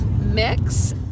mix